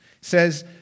Says